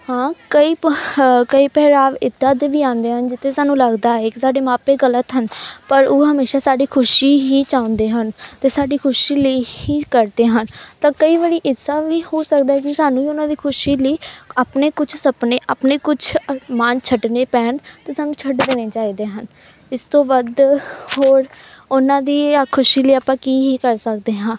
ਹਾਂ ਕਈ ਪ ਕਈ ਪਹਿਰਾਵੇ ਇੱਦਾਂ ਦੇ ਵੀ ਆਉਂਦੇ ਹਨ ਜਿੱਥੇ ਸਾਨੂੰ ਲੱਗਦਾ ਹੈ ਕਿ ਸਾਡੇ ਮਾਪੇ ਗਲਤ ਹਨ ਪਰ ਉਹ ਹਮੇਸ਼ਾ ਸਾਡੀ ਖੁਸ਼ੀ ਹੀ ਚਾਹੁੰਦੇ ਹਨ ਅਤੇ ਸਾਡੀ ਖੁਸ਼ੀ ਲਈ ਹੀ ਕਰਦੇ ਹਨ ਤਾਂ ਕਈ ਵਾਰੀ ਇਸ ਤਰ੍ਹਾਂ ਵੀ ਹੋ ਸਕਦਾ ਹੈ ਕਿ ਸਾਨੂੰ ਵੀ ਉਹਨਾਂ ਦੀ ਖੁਸ਼ੀ ਲਈ ਆਪਣੇ ਕੁਛ ਸੁਪਨੇ ਆਪਣੇ ਕੁਛ ਅਰਮਾਨ ਛੱਡਣੇ ਪੈਣ ਤਾਂ ਸਾਨੂੰ ਛੱਡ ਦੇਣੇ ਚਾਹੀਦੇ ਹਨ ਇਸ ਤੋਂ ਵੱਧ ਹੋਰ ਉਹਨਾਂ ਦੀ ਆ ਖੁਸ਼ੀ ਲਈ ਆਪਾਂ ਕੀ ਹੀ ਕਰ ਸਕਦੇ ਹਾਂ